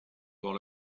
dans